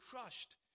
crushed